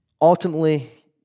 ultimately